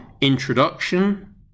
introduction